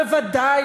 בוודאי,